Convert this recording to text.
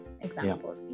example